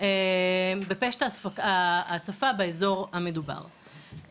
בפשט ההצפה באזור המדובר.